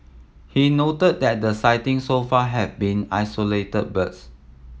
he noted that the sightings so far have been isolated birds